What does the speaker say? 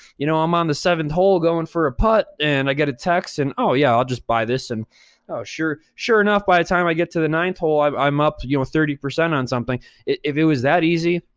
you know, i'm on the seventh hole, going for a put, and i get a text and, oh yeah, i'll just buy this, and oh, sure sure enough, by the time i get to the ninth hole, i'm i'm up you know thirty percent on something. if it was that easy,